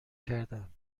کردم